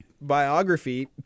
biography